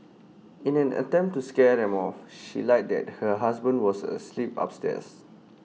in an attempt to scare them off she lied that her husband was asleep upstairs